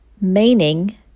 meaning